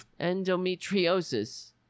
Endometriosis